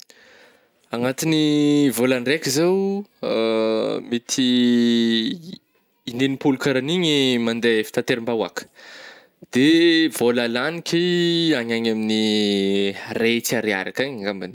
Agnatign'ny vôlan-draiky zao mety inenipolo karahanigny mandeha fitanteram-bahoaka de vôla lagniky agny agny amin'ny ray hetsy ariary akagny ngambany.